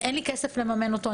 אין לי כסף לממן אותו,